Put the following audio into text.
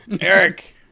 eric